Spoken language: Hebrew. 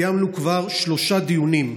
קיימנו כבר שלושה דיונים,